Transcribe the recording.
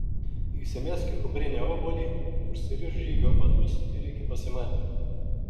įsimesk į kuprinę obuolį užsirišk žygio batus ir iki pasimatymo